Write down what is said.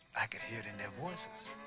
i could hear it in their voices.